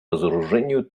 разоружению